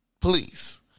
Please